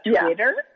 Twitter